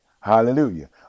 Hallelujah